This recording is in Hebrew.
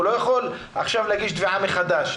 הוא לא יכול עכשיו להגיש תביעה מחדש.